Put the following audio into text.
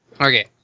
Okay